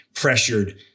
pressured